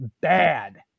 bad